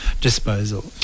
disposal